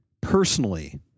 personally